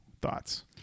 thoughts